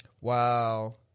Wow